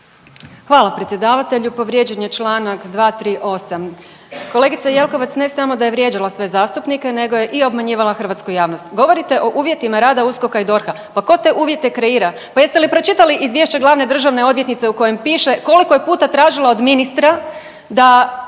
Hvala predsjedavatelju. Povrijeđen je Članak 238., kolegica Jelkovac ne samo da je vrijeđala sve zastupnike nego je i obmanjivala hrvatsku javnost. Govorite o uvjetima rada USKOK-a i DORH-a, pa tko te uvjete kreira, pa jeste li pročitali izvješće glavne državne odvjetnice u kojem piše koliko je puta tražila od ministra da